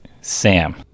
Sam